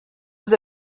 vous